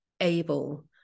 able